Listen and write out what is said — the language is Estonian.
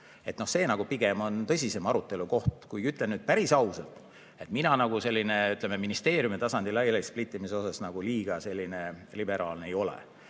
See on pigem tõsisem arutelukoht. Kuigi ütlen päris ausalt, et mina ministeeriumitasandi laialisplittimise mõttes liiga liberaalne ei ole.